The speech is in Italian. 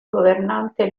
governante